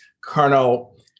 Colonel